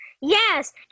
yes